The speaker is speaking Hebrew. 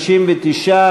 59,